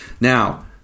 Now